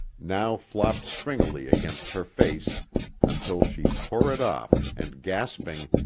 now flopped stringily against her face until she tore it off and gasping,